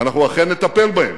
ואנחנו אכן נטפל בהם.